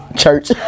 church